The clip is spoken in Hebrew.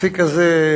האפיק הזה,